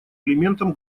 элементом